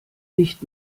nicht